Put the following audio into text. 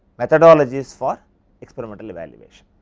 methodologies for experimental evaluation